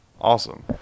Awesome